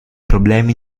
problemi